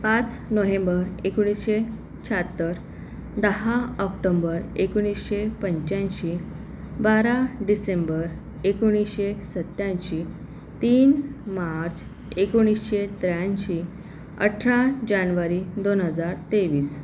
पाच नोहेंबर एकोणीसशे शाहत्तर दहा ऑक्टोंबर एकोणीसशे पंच्याऐंशी बारा डिसेंबर एकोणीसशे सत्याऐंशी तीन मार्च एकोणीसशे त्र्याऐंशी अठरा जानवरी दोन हजार तेवीस